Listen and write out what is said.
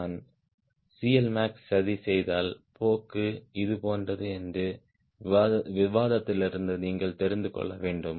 நான் CLmax சதி செய்தால் போக்கு இதுபோன்றது என்று விவாதத்திலிருந்து நீங்கள் தெரிந்து கொள்ள வேண்டும்